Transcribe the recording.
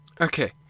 Okay